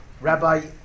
Rabbi